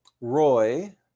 Roy